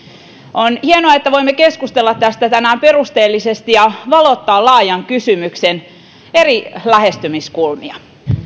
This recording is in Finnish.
on hienoa että voimme keskustella tästä tänään perusteellisesti ja valottaa laajan kysymyksen eri lähestymiskulmia